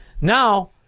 Now